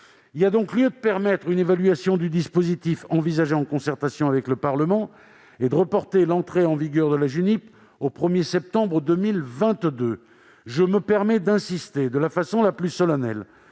Il y a donc lieu de permettre une évaluation du dispositif envisagé, en concertation avec le Parlement, et de reporter la création de la Junip au 1 septembre 2022. Je me permets d'insister, de la façon la plus solennelle,